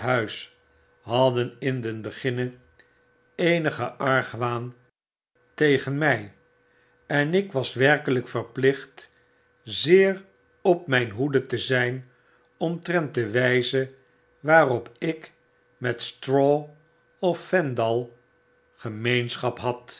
hadden in den beginne eenigen overdbukken argwaan tegen my en ik was werkelyk verplicht zeer op myn hoede te zip omtrent de wijze waarop ik met straw of fendall gemeenschap had